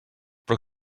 però